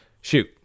Shoot